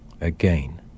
again